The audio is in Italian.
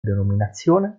denominazione